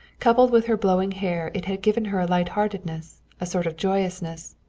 coupled with her blowing hair it had given her a light-heartedness, a sort of joyousness,